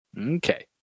okay